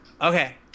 okay